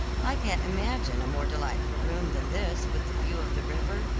i can't imagine a more delightful room than this with the view of the river,